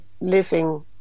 living